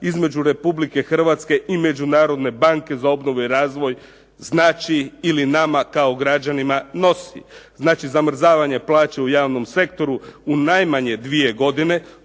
između RH i Međunarodne banke za obnovu i razvoj znači ili nama kao građanima nosi. Znači zamrzavanje plaće u javnom sektoru u najmanje 2 godine.